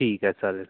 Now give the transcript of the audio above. ठीकए चालेल